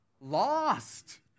lost